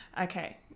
Okay